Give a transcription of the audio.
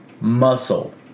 muscle